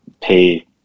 pay